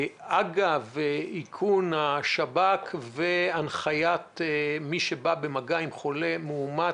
אגב איכון השב"כ והנחיית מי שבא במגע עם חולה מאומת,